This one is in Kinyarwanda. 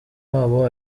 wabo